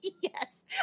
yes